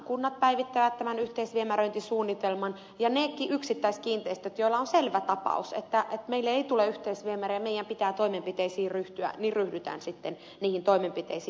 kunnat päivittävät tämän yhteisviemäröintisuunnitelman ja niidenkin yksittäiskiinteistöjen osalta joilla on selvä tapaus että meille ei tule yhteisviemäriä meidän pitää toimenpiteisiin ryhtyä ryhdytään sitten niihin toimenpiteisiin